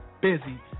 busy